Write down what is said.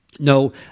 No